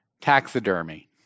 Taxidermy